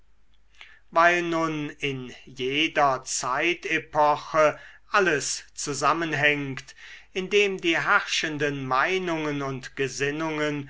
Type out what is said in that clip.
weil nun in jeder zeitepoche alles zusammenhängt indem die herrschenden meinungen und gesinnungen